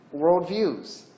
worldviews